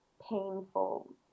painful